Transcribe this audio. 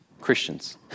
Christians